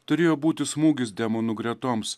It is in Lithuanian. turėjo būti smūgis demonų gretoms